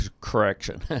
correction